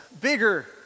Bigger